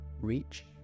reach